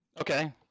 Okay